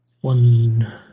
One